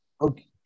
Okay